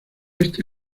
este